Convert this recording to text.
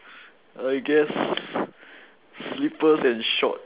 I guess slippers and shorts